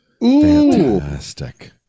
Fantastic